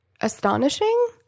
astonishing